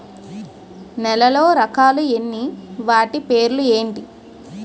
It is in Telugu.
నేలలో రకాలు ఎన్ని వాటి పేర్లు ఏంటి?